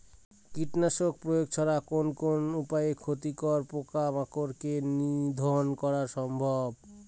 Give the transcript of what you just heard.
কীটনাশক প্রয়োগ ছাড়া কোন কোন উপায়ে ক্ষতিকর পোকামাকড় কে নিধন করা সম্ভব?